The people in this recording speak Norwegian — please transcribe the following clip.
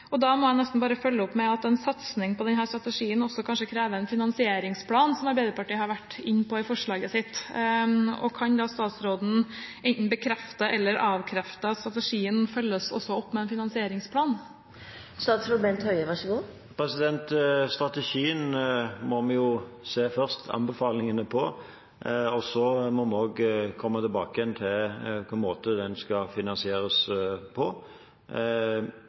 Da må jeg følge opp med at en satsing på denne strategien også kanskje krever en finansieringsplan, som Arbeiderpartiet har vært inne på i forslaget sitt. Kan da statsråden enten bekrefte eller avkrefte at strategien også følges opp med en finansieringsplan? Først må vi jo se anbefalingene på strategien, og så må vi også komme tilbake til hvilken måte den skal finansieres på.